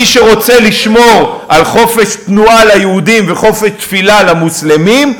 מי שרוצה לשמור על חופש תנועה ליהודים וחופש תפילה למוסלמים,